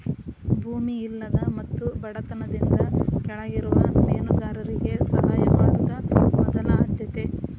ಭೂಮಿ ಇಲ್ಲದ ಮತ್ತು ಬಡತನದಿಂದ ಕೆಳಗಿರುವ ಮೇನುಗಾರರಿಗೆ ಸಹಾಯ ಮಾಡುದ ಮೊದಲ ಆದ್ಯತೆ